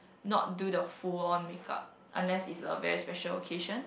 not do the full on makeup unless is a very special occasion